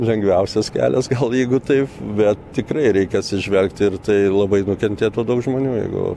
lengviausias kelias gal jeigu taip bet tikrai reikia atsižvelgti ir tai labai nukentėtų daug žmonių jeigu